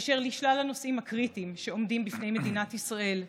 אשר לשלל הנושאים הקריטיים שעומדים בפני מדינת ישראל,